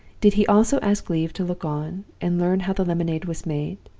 did he also ask leave to look on, and learn how the lemonade was made?